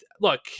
look